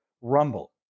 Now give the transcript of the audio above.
Rumble